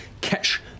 catch